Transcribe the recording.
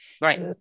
right